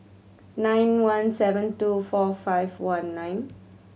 nine one seven two four five one nine